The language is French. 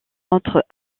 entre